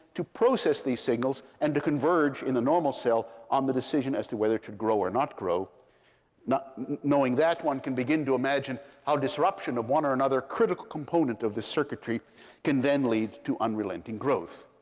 to process these signals, and to converge, in the normal cell, on the decision as to whether it should grow or not grow knowing that, one can begin to imagine how disruption of one or another critical component of the circuitry can then lead to unrelenting growth.